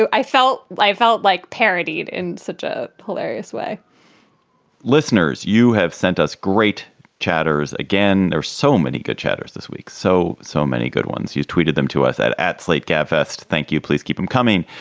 i felt like i felt like parodied in such a hilarious way listeners, you have sent us great chatters again. there's so many good chatter's this week, so, so many good ones. you've tweeted them to us at at slate gabfest. thank you. please keep them coming.